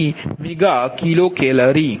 86 100 86 MkCal